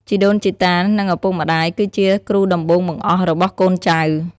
ជីដូនជីតា និងឪពុកម្ដាយ គឺជា គ្រូដំបូងបង្អស់ របស់កូនចៅ។